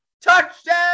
Touchdown